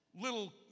little